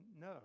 no